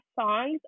songs